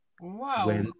Wow